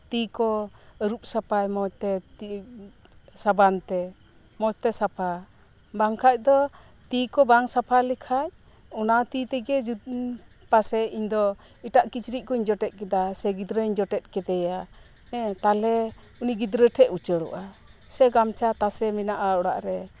ᱛᱤ ᱠᱚ ᱟᱨᱩᱯ ᱥᱟᱯᱟᱭ ᱢᱚᱸᱡᱽ ᱛᱮ ᱛᱤ ᱥᱟᱵᱟᱱ ᱛᱮ ᱢᱚᱸᱡᱽ ᱛᱮ ᱥᱟᱯᱷᱟ ᱵᱟᱝᱠᱷᱟᱱ ᱫᱚ ᱛᱤ ᱠᱚ ᱵᱟᱝ ᱥᱟᱯᱷᱟ ᱞᱮᱠᱷᱟᱱ ᱚᱱᱟ ᱛᱤ ᱛᱮᱜᱮ ᱡᱩᱫᱤ ᱯᱟᱥᱮᱡ ᱤᱧ ᱫᱚ ᱮᱴᱟᱜ ᱠᱤᱪᱨᱤᱡ ᱠᱚᱧ ᱡᱚᱴᱮᱫ ᱠᱮᱫᱟ ᱥᱮ ᱮᱴᱟᱜ ᱜᱤᱫᱽᱨᱟᱹᱧ ᱡᱚᱴᱮᱫ ᱠᱮᱫᱮᱭᱟ ᱦᱮᱸ ᱛᱟᱦᱞᱮ ᱩᱱᱤ ᱜᱤᱫᱽᱨᱟᱹ ᱴᱷᱮᱱ ᱩᱪᱟᱹᱲᱚᱜᱼᱟ ᱥᱮ ᱜᱟᱢᱪᱷᱟ ᱛᱟᱥᱮ ᱢᱮᱱᱟᱜᱼᱟ ᱚᱲᱟᱜ ᱨᱮ